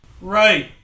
Right